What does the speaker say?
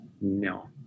No